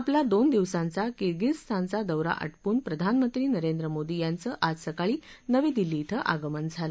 आपला दोन दिवसांचा किर्गिझस्तानचा दौरा आटपून प्रधानमंत्री नरेंद्र मोदी यांचं आज सकाळी नवी दिल्ली क्रि आगमन झालं